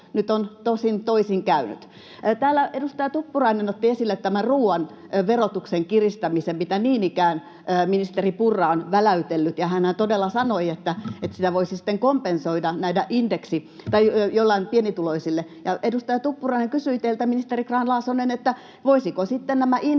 Nyt on toisin käynyt. Täällä edustaja Tuppurainen otti esille tämän ruuan verotuksen kiristämisen, mitä niin ikään ministeri Purra on väläytellyt. Hänhän todella sanoi, että sitä voisi sitten kompensoida jollain pienituloisille. Edustaja Tuppurainen kysyi teiltä, ministeri Grahn-Laasonen, voisiko sitten